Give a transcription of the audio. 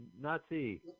Nazi